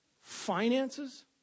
Finances